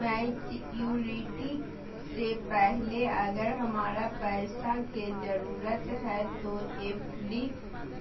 maturity से पहले अगर हमरा पैसा के जरूरत है तो एफडी